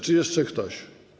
Czy jeszcze ktoś?